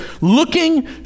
looking